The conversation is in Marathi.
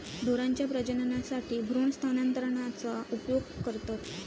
ढोरांच्या प्रजननासाठी भ्रूण स्थानांतरणाचा उपयोग करतत